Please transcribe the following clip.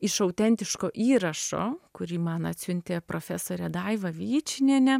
iš autentiško įrašo kurį man atsiuntė profesorė daiva vyčinienė